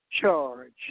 charge